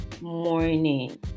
morning